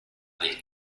del